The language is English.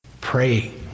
pray